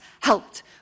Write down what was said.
helped